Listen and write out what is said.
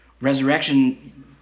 Resurrection